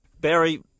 Barry